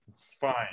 fine